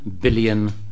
billion